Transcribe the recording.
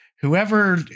whoever